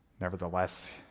Nevertheless